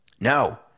No